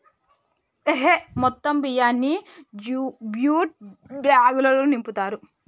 మొత్తం బియ్యాన్ని జ్యూట్ బ్యాగులల్లో నింపుతారు